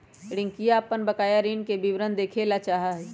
रियंका अपन बकाया ऋण के विवरण देखे ला चाहा हई